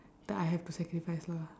that I have to sacrifice lah